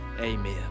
amen